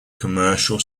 commercial